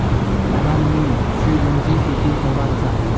वाहन में सी.एन.जी के उपयोग करबाक चाही